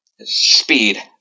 speed